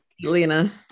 lena